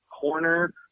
corner